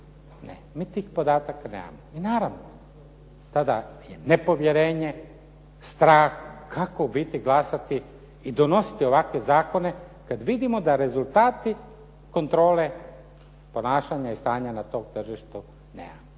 mi tih podataka nemamo. I naravno tada je nepovjerenje, strah kako u biti glasati i donositi ovakve zakone kada vidimo da rezultati kontrole ponašanja i stanja na tome tržištu nemamo.